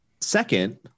Second